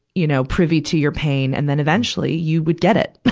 you know, privy to your pain. and then, eventually, you would get it.